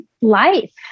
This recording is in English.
life